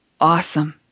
Awesome